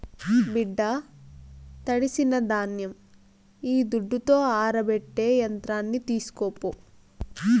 బిడ్డా తడిసిన ధాన్యం ఈ దుడ్డుతో ఆరబెట్టే యంత్రం తీస్కోపో